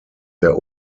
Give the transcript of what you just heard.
der